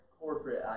corporate